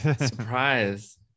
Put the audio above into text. surprise